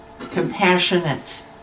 compassionate